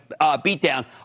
beatdown